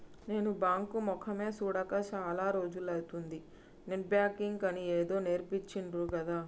నేను బాంకు మొకేయ్ సూడక చాల రోజులైతంది, నెట్ బాంకింగ్ అని ఏదో నేర్పించిండ్రు గదా